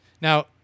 Now